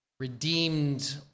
Redeemed